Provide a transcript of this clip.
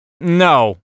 no